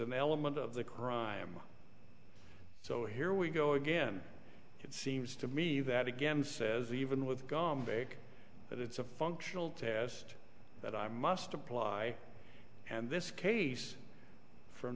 an element of the crime so here we go again it seems to me that again says even with gone back that it's a functional test that i must apply and this case from